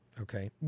Okay